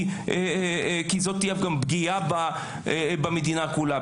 כי זו תהיה גם פגיעה במדינה כולה.